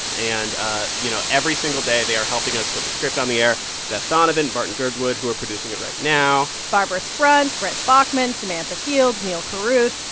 and ah you know, every single day, they are helping us put the script on the air beth donovan, barton girdwood, who are producing it right now barbara sprunt, brett bachman, samantha fields, neal carruth,